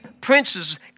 princes